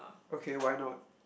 okay why not